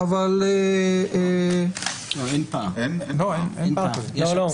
ואם יש